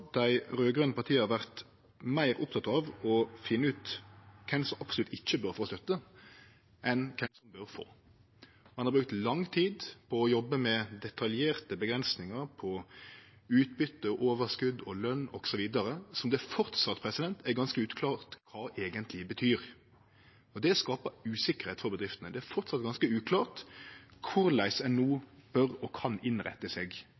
dei raud-grøne partia vore meir opptekne av å finne ut kven som absolutt ikkje bør få støtte, enn kven som bør få. Ein har brukt lang tid på å jobbe med detaljerte avgrensingar for utbyte, overskot, løn osv., som det framleis er ganske uklart kva eigentleg betyr. Det skaper usikkerheit for bedriftene. Det er framleis ganske uklart korleis ein no bør og kan innrette seg